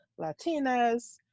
Latinas